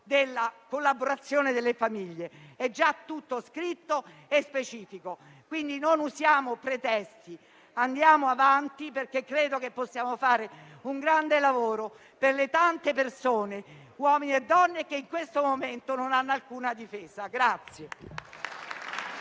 della collaborazione delle famiglie. È già tutto scritto e specificato. Non usiamo quindi pretesti: andiamo avanti perché credo che possiamo fare un grande lavoro per le tante persone, uomini e donne, che in questo momento non hanno alcuna difesa.